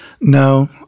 No